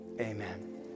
amen